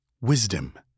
Wisdom